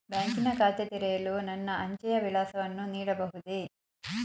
ಬ್ಯಾಂಕಿನ ಖಾತೆ ತೆರೆಯಲು ನನ್ನ ಅಂಚೆಯ ವಿಳಾಸವನ್ನು ನೀಡಬಹುದೇ?